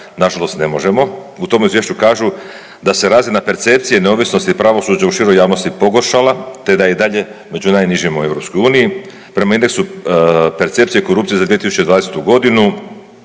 nažalost ne možemo. U tom izvješću kažu, da se razina percepcije neovisnosti i pravosuđa u široj javnosti pogoršala, te da je i dalje među najnižima u EU. Prema indeksu percepcije korupcije za 2020. godinu